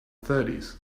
thirties